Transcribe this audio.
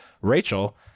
Rachel